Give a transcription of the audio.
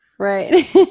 right